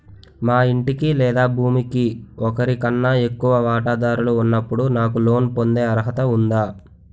మా ఇంటికి లేదా భూమికి ఒకరికన్నా ఎక్కువ వాటాదారులు ఉన్నప్పుడు నాకు లోన్ పొందే అర్హత ఉందా?